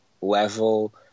level